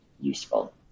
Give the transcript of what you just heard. useful